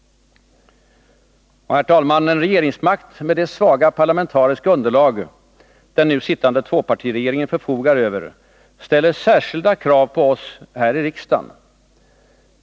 Herr talman! En regeringsmakt med det svaga parlamentariska underlag som den nu sittande tvåpartiregeringen förfogar över ställer särskilda krav på oss här i riksdagen.